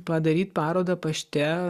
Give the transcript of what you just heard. padaryt parodą pašte